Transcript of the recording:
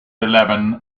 eleven